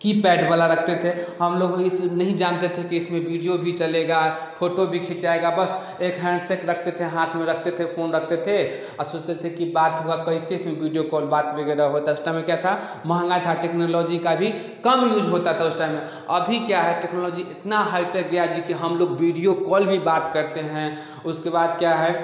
keypad वाला रखते थे हम लोग ये सब नही जानते थे कि इसमें वीडियो भी चलेगा फोटो भी खिचाएगा बस एक हैन्डसेट रखते थे हाथ में रखते थे फोन रखते थे और सोचते थे कि बात हुआ कइसे इसमें वीडियो कॉल बात वगैरह होता उस टाइम में क्या था महंगा था टेक्नोलॉजी का भी कम यूज होता था उस टाइम में अभी क्या है टेक्नोलॉजी इतना हाईटेक गया जी कि हम लोग बीडियो कॉल भी बात करते हैं उसके बाद क्या है